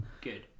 Good